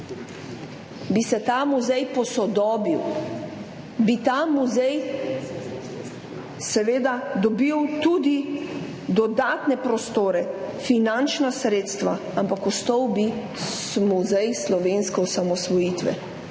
bi se ta muzej posodobil, bi ta muzej seveda dobil tudi dodatne prostore, finančna sredstva, ampak ostal bi muzej slovenske osamosvojitve,